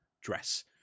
Dress